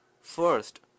first